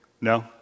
No